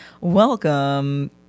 welcome